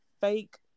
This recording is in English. fake